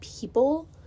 people